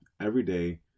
everyday